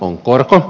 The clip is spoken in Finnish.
on korko